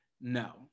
No